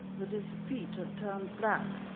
that his feet had turned black.